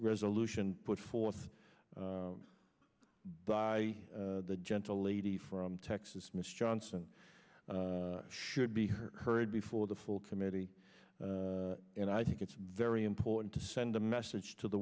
resolution put forth by the gentle lady from texas miss johnson should be heard before the full committee and i think it's very important to send a message to the